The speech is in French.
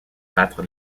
battre